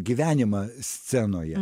gyvenimą scenoje